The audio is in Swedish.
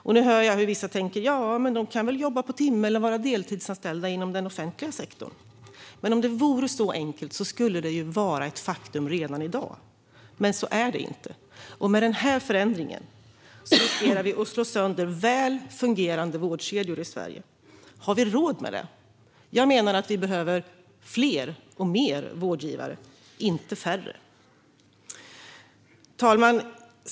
Och nu hör jag hur vissa tänker att de kan väl jobba på timme eller vara deltidsanställda inom den offentliga sektorn. Men om det vore så enkelt skulle väl det vara ett faktum redan i dag, men så är det inte. Med den här förändringen riskerar vi att slå sönder väl fungerande vårdkedjor i Sverige. Har vi råd med det? Jag menar att vi behöver fler vårdgivare, inte färre. Fru talman!